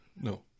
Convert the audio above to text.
No